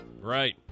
Right